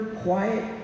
quiet